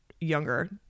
younger